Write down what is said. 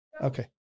Okay